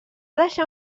deixar